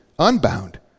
unbound